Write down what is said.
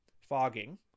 Fogging